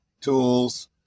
tools